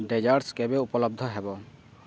desserts କେବେ ଉପଲବ୍ଧ ହେବ